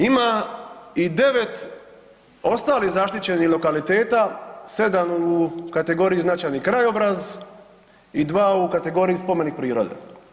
Ima i 9 ostalih zaštićenih lokaliteta, 7 u kategoriji značajni krajobraz i dva u kategoriji spomenik prirode.